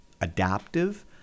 adaptive